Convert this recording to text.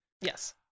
Yes